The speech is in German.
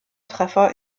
treffer